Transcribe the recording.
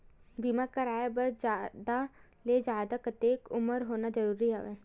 बीमा कराय बर जादा ले जादा कतेक उमर होना जरूरी हवय?